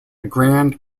grand